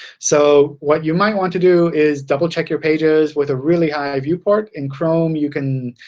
so what you might want to do is double-check your pages with a really high viewport. in chrome you can